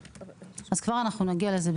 ברשותך, כבר נגיע לזה.